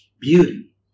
beauty